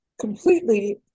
completely